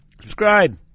subscribe